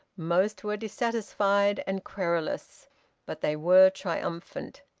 most were dissatisfied and querulous but they were triumphant.